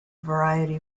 variety